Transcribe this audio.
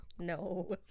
No